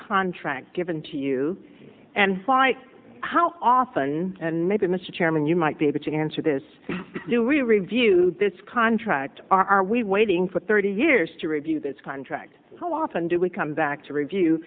contract given to you and why how often and maybe mr chairman you might be able to answer this do we review this contract are we waiting for thirty years to review this contract how often do we come back to review